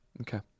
okay